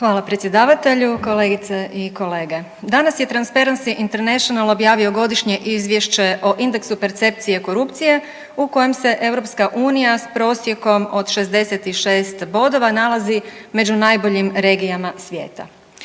Hvala predsjedavatelju, kolegice i kolege. Danas je Transparency International objavio godišnje izvješće o indeksu percepcije korupcije u kojem se EU s prosjekom od 66 bodova nalazi među najboljim regijama svijeta.